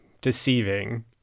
deceiving